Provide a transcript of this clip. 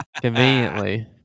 Conveniently